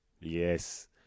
yes